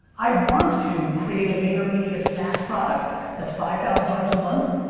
i want to create a vaynermedia saas product that's five thousand dollars a month,